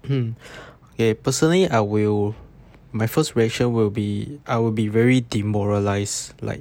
mm eh personally I will my first reaction will be I will be very demoralised like